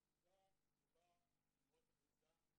בובה מאוד נחמדה,